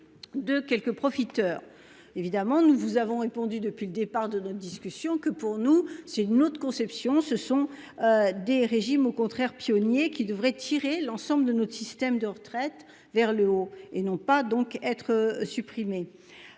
De quelques profiteurs évidemment nous vous avons répondu depuis le départ de notre discussion que, pour nous, c'est une autre conception, ce sont. Des régimes, au contraire pionnier qui devrait tirer l'ensemble de notre système de retraite vers le haut et non pas donc être supprimés.